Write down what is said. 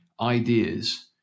ideas